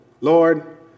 Lord